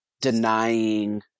denying